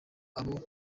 abo